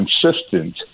consistent